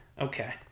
okay